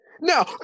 No